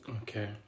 Okay